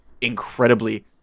incredibly